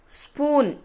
spoon